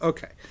Okay